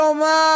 כלומר,